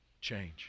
change